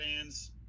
fans